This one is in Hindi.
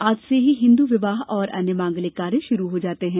आज से ही हिंदू विवाह और अन्य मांगलिक कार्य शुरू हो जाते हैं